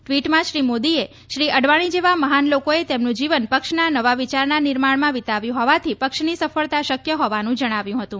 ટ્વીટમાં શ્રી મોદીએ શ્રી અડવાણી જેવા મહાન લોકોએ તેમનું જીવન પક્ષના નવા વિચારના નિર્માણમાં વિતાવ્યું હોવાથી પક્ષની સફળતા શક્ય હોવાનું જજ્ઞાવ્યું હતું